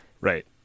Right